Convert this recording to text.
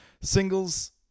singles